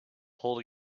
hold